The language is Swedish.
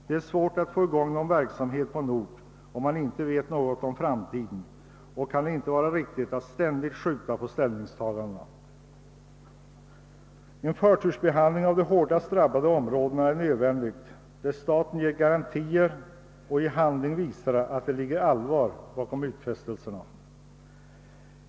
Det är svårt att få i gång någon verksamhet på en ort om man inte vet något om framtiden, och det kan inte vara riktigt att ständigt skjuta på ställningstagandena. En förtursbehandling av de hårdast drabbade områdena är nödvändig där staten ger gagantier och i handling visar att det ligger allvar bakom utfästelserna.